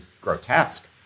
grotesque